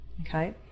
Okay